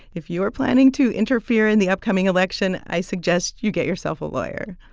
if you are planning to interfere in the upcoming election, i suggest you get yourself a lawyer.